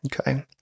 okay